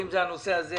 אם זה הנושא זה,